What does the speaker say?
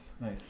nice